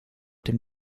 dem